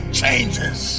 changes